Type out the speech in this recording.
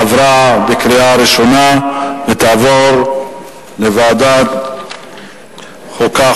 עברה בקריאה ראשונה ותעבור לוועדת החוקה,